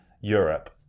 Europe